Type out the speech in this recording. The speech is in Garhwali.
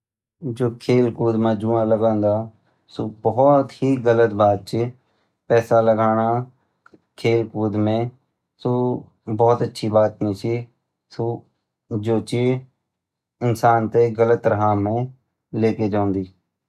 जु खेलकूद मा जुआ लगौदा सु बहुत ही गलत बात छ पैसा लगोणा खेलकूद में सु बहुत अच्छी बात नी छ सु जु इन्सान तैं गलत राह में लेके जौंदु।